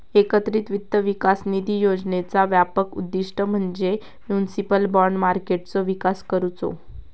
एकत्रित वित्त विकास निधी योजनेचा व्यापक उद्दिष्ट म्हणजे म्युनिसिपल बाँड मार्केटचो विकास करुचो